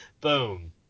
Boom